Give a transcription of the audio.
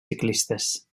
ciclistes